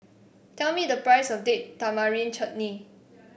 tell me the price of Date Tamarind Chutney